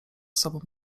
sobą